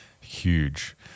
huge